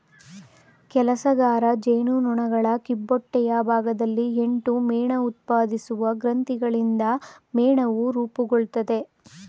ಕೆಲಸಗಾರ ಜೇನುನೊಣಗಳ ಕಿಬ್ಬೊಟ್ಟೆಯ ಭಾಗಗಳಲ್ಲಿ ಎಂಟು ಮೇಣಉತ್ಪಾದಿಸುವ ಗ್ರಂಥಿಗಳಿಂದ ಮೇಣವು ರೂಪುಗೊಳ್ತದೆ